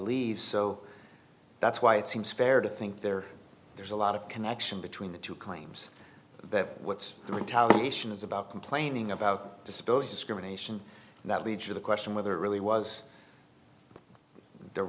leave so that's why it seems fair to think there there's a lot of connection between the two claims that what's the retaliation is about complaining about dispose discrimination that leads to the question whether it really was there